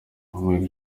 ubumwe